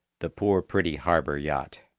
the poor pretty harbour yacht!